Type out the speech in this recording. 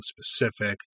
specific